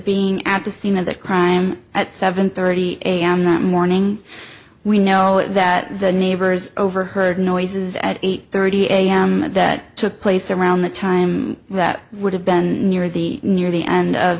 being at the scene of the crime at seven thirty am that morning we know that the neighbors overheard noises at eight thirty am that took place around the time that would have been near the near the end